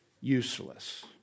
useless